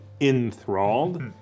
enthralled